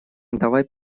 давай